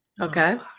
Okay